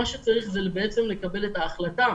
מה שצריך זה בעצם לקבל את ההחלטה